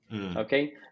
Okay